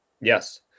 Yes